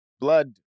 blood